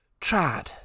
trad